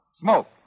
Smoke